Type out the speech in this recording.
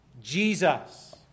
Jesus